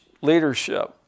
leadership